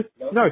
No